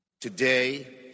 Today